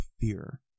fear